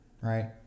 right